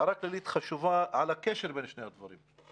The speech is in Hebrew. הערה כללית חשובה על הקשר בין שני הדברים,